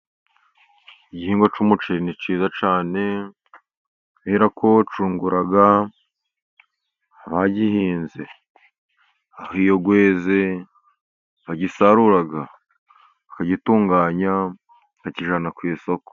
Igihingwa cy'umuceri ni cyiza cyane, kubera ko cyungura abagihinze. Aho iyo weze bagisarura, bakagitunganya, bakakijyana ku isoko.